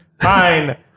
fine